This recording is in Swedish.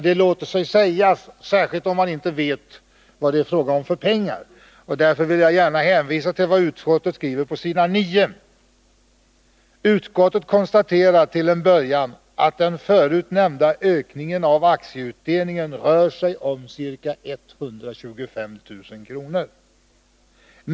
Det låter sig sägas, särskilt om man inte vet vilka pengar det är fråga om. Därför vill jag hänvisa till vad utskottet skriver på s. 9: ”Utskottet konstaterar till en början att den förut nämnda ökningen av aktieutdelningen rör sig om ca 125 000 kr.